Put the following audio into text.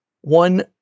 one